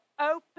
open